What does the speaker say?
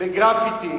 בגרפיטי